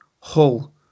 Hull